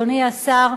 אדוני השר,